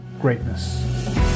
greatness